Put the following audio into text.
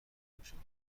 میشوند